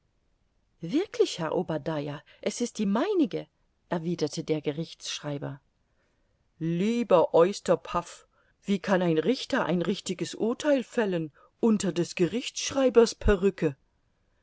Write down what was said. wirklich herr obadiah es ist die meinige erwiderte der gerichtsschreiber lieber oysterpuff wie kann ein richter ein richtiges urtheil fällen unter des gerichtsschreibers perrücke